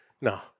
no